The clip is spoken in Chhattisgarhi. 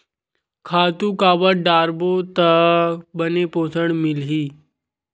खातु काबर डारबो त बने पोषण मिलही?